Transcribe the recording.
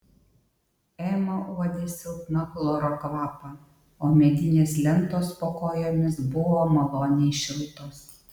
ema uodė silpną chloro kvapą o medinės lentos po kojomis buvo maloniai šiltos